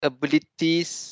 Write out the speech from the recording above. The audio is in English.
Abilities